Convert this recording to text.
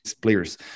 players